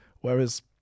whereas